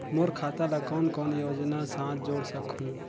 मोर खाता ला कौन कौन योजना साथ जोड़ सकहुं?